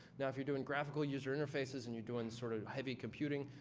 now, if you're doing graphical user interfaces and you're doing sort of heavy computing,